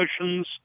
emotions